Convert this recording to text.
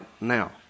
now